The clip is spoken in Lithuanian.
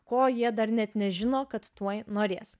ko jie dar net nežino kad tuoj norės